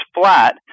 flat